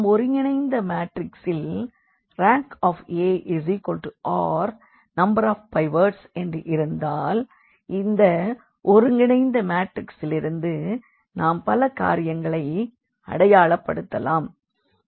நாம் ஒருங்கிணைந்த மாற்றிக்ஸில் Rank r என்று இருந்தால் இந்த ஒருங்கிணைந்த மாற்றிக்ஸிலிருந்து நாம் பல காரியங்களை அடையாளப்படுத்தலாம்